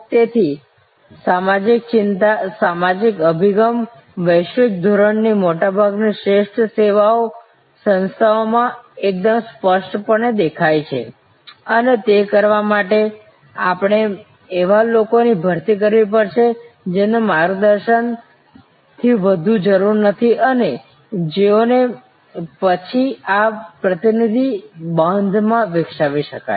તેથી આ સામાજિક ચિંતા સામાજિક અભિગમ વૈશ્વિક ધોરણની મોટા ભાગની શ્રેષ્ઠ સેવા સંસ્થાઓમાં એકદમ સ્પષ્ટપણે દેખાય છે અને તે કરવા માટે આપણે એવા લોકોની ભરતી કરવી પડશે જેમને માર્ગદર્શનની વધુ જરૂર નથી અને જેઓને પછી આ પ્રતિનિધિ બાંધા માં વિકસાવી શકાય